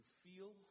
feel